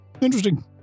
Interesting